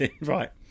Right